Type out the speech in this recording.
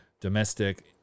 domestic